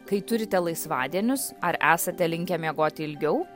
kai turite laisvadienius ar esate linkę miegoti ilgiau